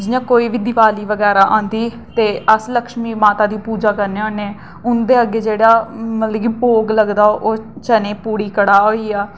जि'यां कोई बी दिवाली बगैरा औंदी ते अस लश्मी माता दी पूजा करने होन्ने ते उं'दे अग्गें जेह्ड़ा मतलब कि भोग लगदा ओह् चने पुड़ी कड़ाह् होई गेआ